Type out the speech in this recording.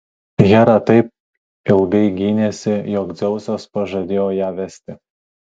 hera taip ilgai gynėsi jog dzeusas pažadėjo ją vesti